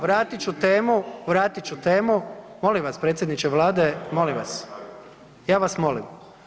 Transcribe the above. vratit ću, ovako, vratit ću temu, molim vas predsjedniče Vlade molim vas, ja vas molim.